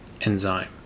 enzyme